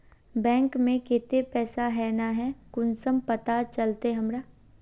Bank में केते पैसा है ना है कुंसम पता चलते हमरा?